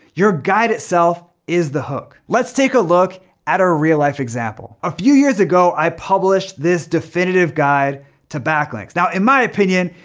your guide itself is the hook. let's take a look at a real life example. a few years ago, i published this definitive guide to backlinks. now, in my opinion,